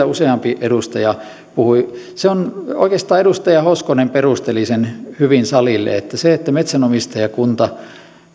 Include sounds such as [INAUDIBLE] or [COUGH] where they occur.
[UNINTELLIGIBLE] useampi edustaja puhui oikeastaan edustaja hoskonen perusteli sen hyvin salille että se että metsänomistajakunta